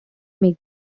make